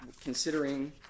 considering